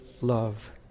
love